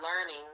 learning